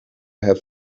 have